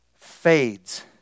fades